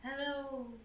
Hello